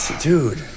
Dude